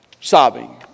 sobbing